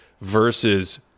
versus